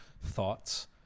thoughts